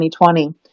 2020